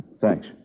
Thanks